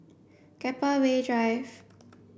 Keppel Bay Drive